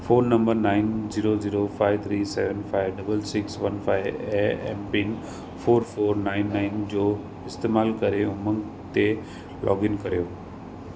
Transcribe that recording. phone number nine zero zero five three seven five double six one five ऐं MPIN four four nine nine जो इस्तेमालु करे उमंग ते login कर्यो